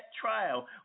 trial